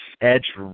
edge